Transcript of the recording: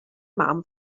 mam